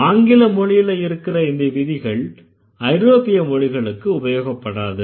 ஆங்கில மொழியில இருக்கற இந்த விதிகள் ஐரோப்பிய மொழிகளுக்கு உபயோகப்படாது